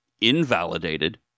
invalidated